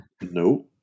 No